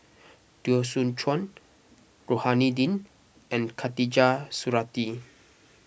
Teo Soon Chuan Rohani Din and Khatijah Surattee